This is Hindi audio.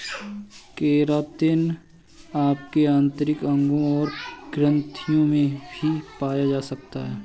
केरातिन आपके आंतरिक अंगों और ग्रंथियों में भी पाया जा सकता है